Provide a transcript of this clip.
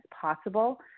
possible